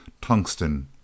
tungsten